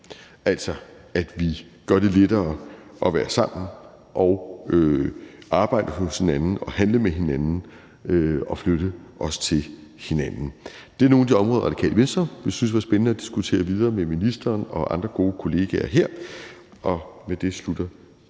altså at vi gør det lettere at være sammen og arbejde hos hinanden, handle med hinanden og flytte til hinandens lande. Det er nogle af de områder, Radikale Venstre ville synes var spændende at diskutere videre med ministeren og andre gode kollegaer. Med det slutter